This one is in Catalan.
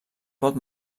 pot